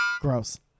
Gross